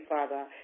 Father